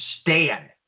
stand